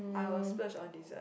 I will splurge on dessert